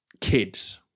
kids